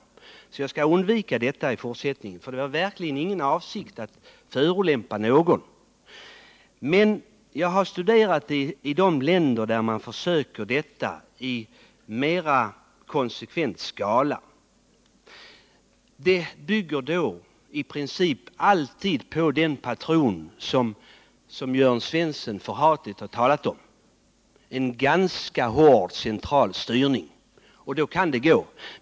Det skall jag alltså undvika i fortsättningen, för jag har verkligen ingen avsikt att förolämpa någon. Jag har som sagt studerat sambruk i de länder där man mera konsekvent har försökt driva sådana. De bygger i princip alltid på den patron som Jörn Svensson anser vara så förhatlig — en ganska hård centralstyrning. Och då kan det gå.